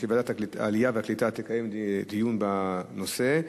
שוועדת העלייה והקליטה תקיים דיון בנושא,